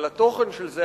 אבל התוכן של זה,